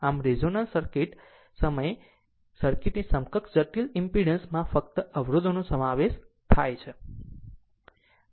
આમ આ રીતે રેઝોનન્સ સમયે સર્કિટની સમકક્ષ જટિલ ઈમ્પીડન્સ માં ફક્ત અવરોધનો સમાવેશ થાય છે